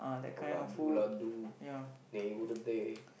or ladu ladu